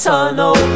Tunnel